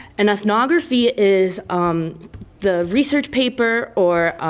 an ethnography is um the research paper or